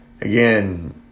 Again